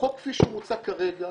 החוק כפי שהוא מוצע כרגע